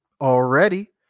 already